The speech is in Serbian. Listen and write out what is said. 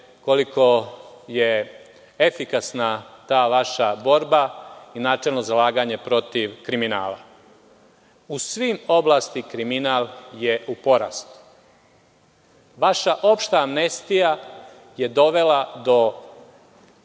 koliko je efikasna ta vaša borba i načelno zalaganje protiv kriminala.U svim oblastima kriminal je u porastu. Vaša opšta amnestija je dovela do